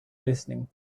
listening